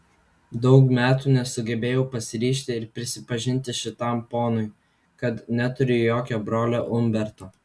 daug metų nesugebėjau pasiryžti ir prisipažinti šitam ponui kad neturiu jokio brolio umberto